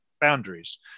boundaries